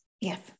yes